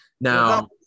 Now